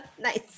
Nice